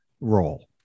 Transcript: role